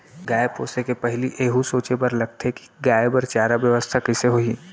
गाय पोसे के पहिली एहू सोचे बर लगथे कि गाय बर चारा बेवस्था कइसे होही